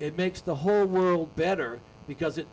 it makes the her world better because it